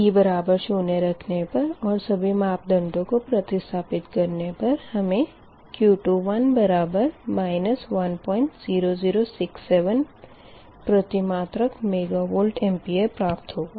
p बराबर शून्य रखने पर और सभी मापदंडों को प्रतिस्थपित करने पर हमें Q21 बराबर 10067 प्रतिमात्रक मेगवार प्राप्त होगा